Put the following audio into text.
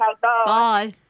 bye